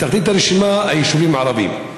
בתחתית הרשימה, היישובים הערביים.